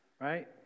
Right